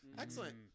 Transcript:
Excellent